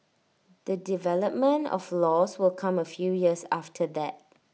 the development of laws will come A few years after that